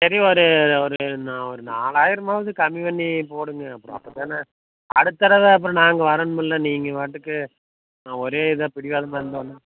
சரி ஒரு ஒரு நா ஒரு நாலாயிரமாவது கம்மி பண்ணி போடுங்கள் அப்புறம் அப்போ தான அடுத்த தடவ அப்புறம் நாங்கள் வரணுமில்ல நீங்கள் பாட்டுக்கு ஒரே இதாக பிடிவாதமாக இருந்தால் ஒன்றும்